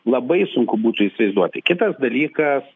labai sunku būtų įsivaizduoti kitas dalykas